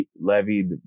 levied